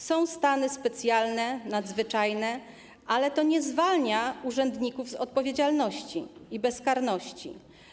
Są stany specjalne, nadzwyczajne, ale to nie zwalnia urzędników z odpowiedzialności i nie zapewnia im bezkarności.